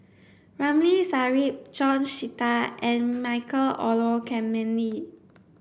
Ramli Sarip George Sita and Michael Olcomendy